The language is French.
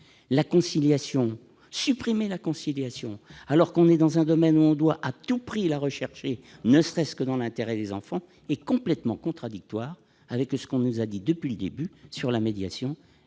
ne m'explique pas. Supprimer la conciliation, alors que nous sommes dans un domaine où l'on doit à tout prix la rechercher, ne serait-ce que dans l'intérêt des enfants, est complètement contradictoire avec ce qu'on nous a dit depuis le début du débat sur la médiation